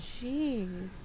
Jeez